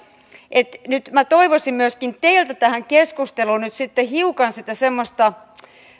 minä toivoisin myöskin teiltä tähän keskusteluun oikeastaan hiukan sitä semmoista